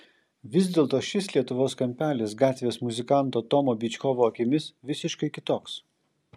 vis dėlto šis lietuvos kampelis gatvės muzikanto tomo byčkovo akimis visiškai kitoks